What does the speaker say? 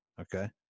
okay